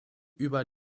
über